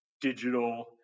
digital